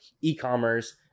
e-commerce